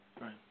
Right